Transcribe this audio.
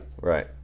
right